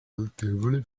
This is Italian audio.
notevole